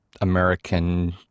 American